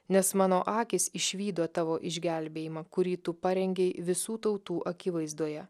nes mano akys išvydo tavo išgelbėjimą kurį tu parengei visų tautų akivaizdoje